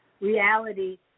reality